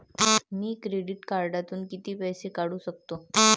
मी credit कार्डातून किती पैसे काढू शकतो?